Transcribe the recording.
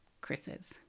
Chris's